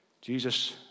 Jesus